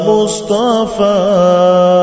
Mustafa